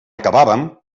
acabàvem